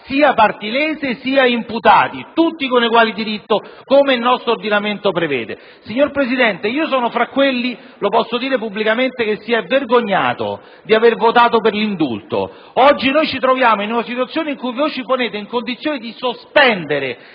sia parti lese sia imputati, tutti con uguale diritto, come il nostro ordinamento prevede. Signor Presidente, io sono fra quelli, lo posso dire pubblicamente, che si sono vergognati di aver votato l'indulto. Oggi ci troviamo in una situazione tale che voi potreste porci nella condizione di sospendere